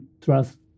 trust